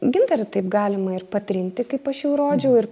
gintarą taip galima ir patrinti kaip aš jau rodžiau ir